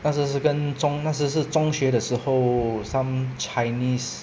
那是是跟中那时是中学的时候 some chinese